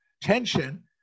tension